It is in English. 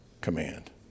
command